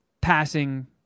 passing